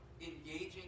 engaging